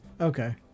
Okay